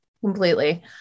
Completely